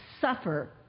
suffer